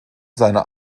seiner